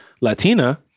Latina